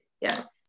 yes